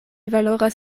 valoras